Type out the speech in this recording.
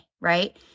Right